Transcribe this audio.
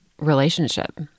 relationship